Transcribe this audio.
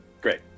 Great